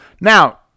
Now